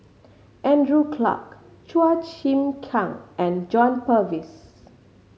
Andrew Clarke Chua Chim Kang and John Purvis